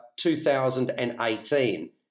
2018